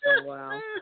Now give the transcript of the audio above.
wow